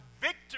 victory